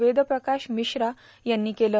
वेदप्रकाश मिश्रा यांनी केलं